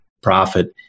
profit